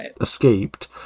escaped